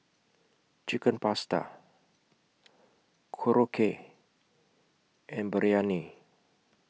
Chicken Pasta Korokke and Biryani